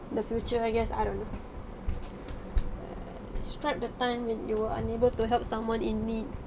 the future I guess I don't know err describe the time when you were unable to help someone in need